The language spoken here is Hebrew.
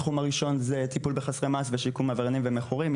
התחום הראשון הוא טיפול בחסרי מעש ושיקום עבריינים ומכורים.